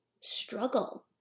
struggle